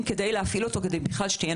כדי להבין שמדובר